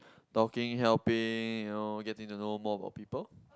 talking helping you know getting to know more about people